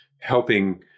helping